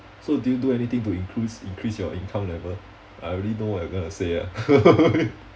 so do you know do anything to increase increase your income level I already know what you're going to say ah